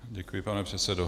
Děkuji, pane předsedo.